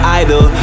idol